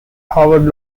harvard